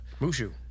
Mushu